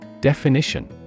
Definition